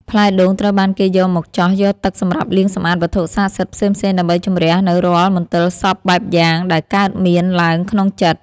ផ្លែដូងត្រូវបានគេយកមកចោះយកទឹកសម្រាប់លាងសម្អាតវត្ថុស័ក្តិសិទ្ធិផ្សេងៗដើម្បីជម្រះនូវរាល់មន្ទិលសព្វបែបយ៉ាងដែលកើតមានឡើងក្នុងចិត្ត។